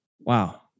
Wow